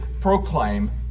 proclaim